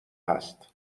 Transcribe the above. هست